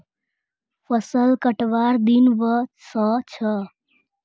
फसल कटवार दिन व स छ